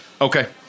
Okay